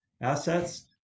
assets